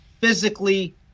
physically